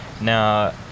Now